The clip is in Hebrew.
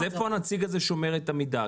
אז איפה הנציג הזה שומר את המידע?